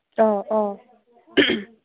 ꯑꯣ ꯑꯣ